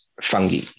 fungi